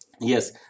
Yes